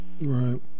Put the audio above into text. Right